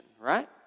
right